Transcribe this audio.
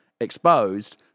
exposed